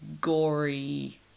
gory